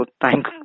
Thank